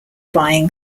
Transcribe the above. buying